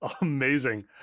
Amazing